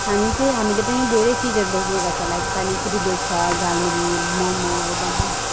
हामी चाहिँ हामीले पनि धेरै चिजहरू बेच्ने गर्छ लाइक पानीपुरी बेच्छ झालमुरी मोमोहरू बनाएर बेच्छ